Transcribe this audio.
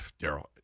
Daryl